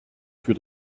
für